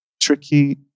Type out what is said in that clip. tricky